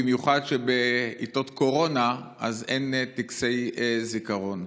במיוחד שבעיתות קורונה אין טקסי זיכרון.